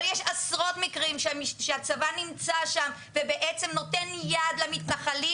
אבל יש עשרות מקרים שהצבא נמצא שם ובעצם נותן יד למתנחלים